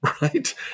right